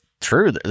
True